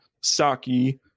saki